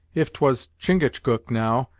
if t was chingachgook, now,